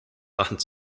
wand